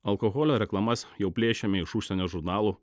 alkoholio reklamas jau plėšiame iš užsienio žurnalų